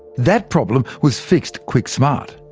that problem was fixed quick-smart,